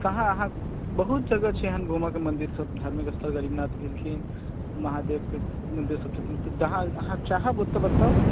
कहाँ अहाँ बहुत जगह छै एहन घूमके मन्दिर सब धार्मिक स्थल गरीबनाथ भेलखिन महादेवके मन्दिर सब छथिन जहाँ अहाँ चाहब ओतऽ बताउ